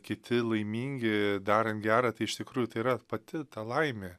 kiti laimingi darant gera tai iš tikrųjų tai yra pati ta laimė